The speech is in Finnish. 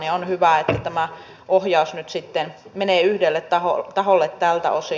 on hyvä että tämä ohjaus nyt sitten menee yhdelle taholle tältä osin